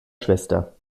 schwester